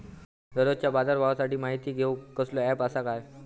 दररोजच्या बाजारभावाची माहिती घेऊक कसलो अँप आसा काय?